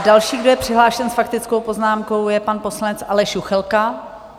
Další, kdo je přihlášen s faktickou poznámkou, je pan poslanec Aleš Juchelka.